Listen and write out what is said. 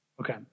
Okay